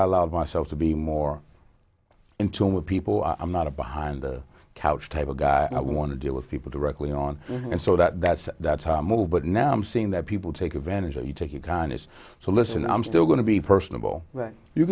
allowed myself to be more in tune with people i'm not a behind the couch type of guy i want to deal with people directly on and so that's that's how i move but now i'm seeing that people take advantage of you take your kindness so listen i'm still going to be personable but you